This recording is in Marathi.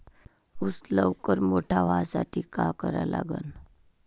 ऊस लवकर मोठा व्हासाठी का करा लागन?